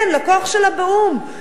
כן, לכוח שלה באו"ם.